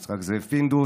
יצחק זאב פינדרוס,